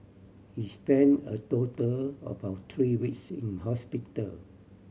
he spent a total of about three weeks in hospital